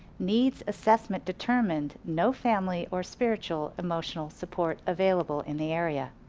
needs assessment determined no family or spiritual emotional support available in the area.